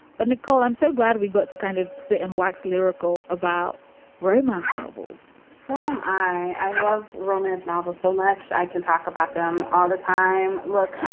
but, nicole, i'm so glad we got to kind of sit and wax lyrical about romance novels so um i love romance novels so much i can talk about them all the time look,